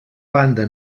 banda